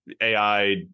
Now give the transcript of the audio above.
AI